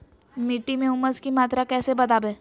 मिट्टी में ऊमस की मात्रा कैसे बदाबे?